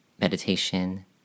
meditation